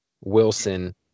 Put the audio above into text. Wilson